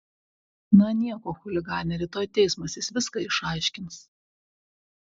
na nieko chuligane rytoj teismas jis viską išaiškins